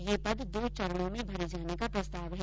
ये पद दो चरणों में भरे जाने का प्रस्ताव है